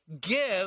give